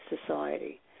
society